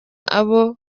abo